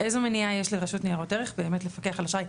איזו מניעה יש לרשות ניירות ערך לפקח על אשראי?